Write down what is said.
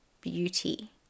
beauty